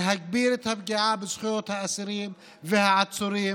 להגביר את הפגיעה בזכויות האסירים והעצורים,